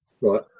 Right